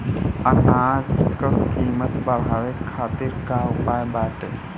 अनाज क कीमत बढ़ावे खातिर का उपाय बाटे?